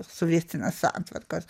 sovietinės santvarkos